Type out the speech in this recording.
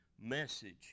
message